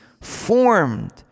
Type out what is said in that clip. formed